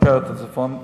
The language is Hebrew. לשפר בצפון.